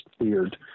weird